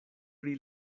pri